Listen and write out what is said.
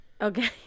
Okay